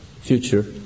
future